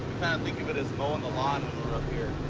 think of it as mowing the lawn when we're up here,